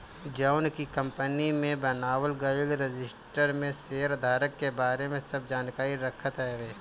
जवन की कंपनी में बनावल गईल रजिस्टर में शेयरधारक के बारे में सब जानकारी रखत हवे